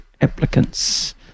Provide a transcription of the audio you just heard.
applicants